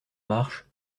marche